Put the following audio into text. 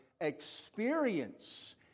experience